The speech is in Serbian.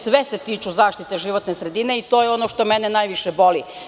Sve se tiču zaštite životne sredine i to je ono što mene najviše boli.